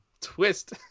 twist